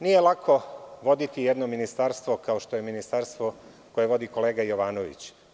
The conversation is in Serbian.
Nije lako voditi jedno ministarstvo, kao ministarstvo koje vodi kolega Jovanović.